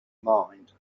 mind